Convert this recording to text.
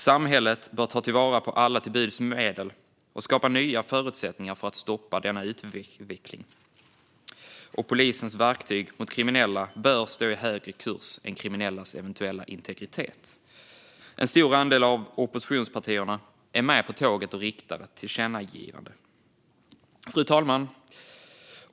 Samhället bör ta vara på alla till buds stående medel och skapa nya förutsättningar för att stoppa denna utveckling, och polisens verktyg mot kriminella bör stå högre i kurs än kriminellas eventuella integritet. En stor andel av oppositionspartierna är med på tåget och riktar ett tillkännagivande till regeringen. Fru talman!